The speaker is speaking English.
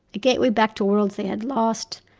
a gateway back to worlds they had lost,